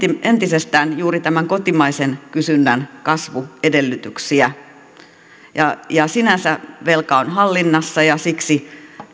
entisestään juuri kotimaisen kysynnän kasvuedellytyksiä sinänsä velka on hallinnassa ja siksi